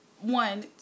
one